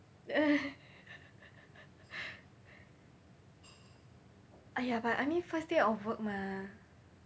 !aiya! but I mean first day of work mah